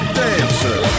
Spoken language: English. dancer